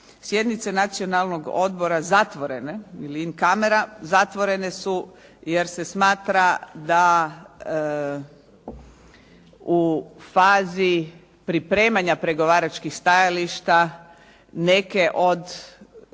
sjednice Nacionalnog odbora zatvorene ili im kamera, zatvorene su jer se smatra da u fazi pripremanja pregovaračkih stajališta neke od